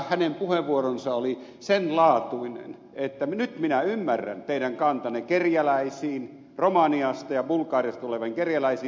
teidän puheenvuoronne oli sen laatuinen että nyt minä ymmärrän teidän kantanne romaniasta ja bulgariasta tuleviin kerjäläisiin